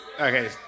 Okay